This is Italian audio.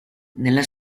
nella